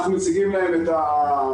אנחנו מציגים להם את הנתונים,